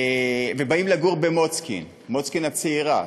ובאים לגור במוצקין הצעירה,